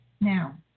now